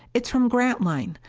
it's from grantline!